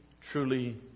truly